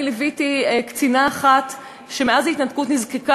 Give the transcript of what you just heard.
אני ליוויתי קצינה אחת שמאז ההתנתקות נזקקה